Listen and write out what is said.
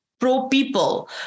pro-people